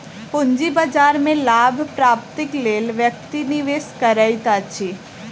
पूंजी बाजार में लाभ प्राप्तिक लेल व्यक्ति निवेश करैत अछि